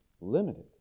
limited